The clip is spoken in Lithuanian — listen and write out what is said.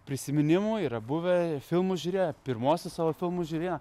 prisiminimų yra buvę filmus žiūrėjo pirmuosius savo filmus žiūrėjo